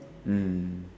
mm